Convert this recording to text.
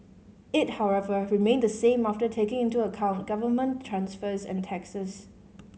it however remained the same after taking into account government transfers and taxes